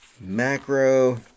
macro